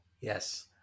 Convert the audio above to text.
Yes